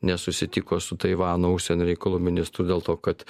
nesusitiko su taivano užsienio reikalų ministru dėl to kad